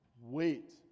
wait